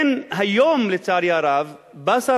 היום, לצערי הרב, בא שר